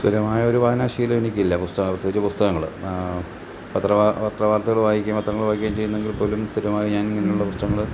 സ്ഥിരമായൊരു വായന ശീലം എനിക്കില്ല പുസ്തകങ്ങൾ പ്രത്യേകിച്ചും പുസ്തകങ്ങൾ പത്രവാർത്ത പത്രവാർത്തകൾ വായിക്കും പത്രങ്ങൾ വായിക്കുകേം ചെയ്യുന്നെങ്കിൽ പോലും സ്ഥിരമായി ഞാൻ ഇങ്ങനുള്ള പുസ്തകങ്ങൾ